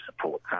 support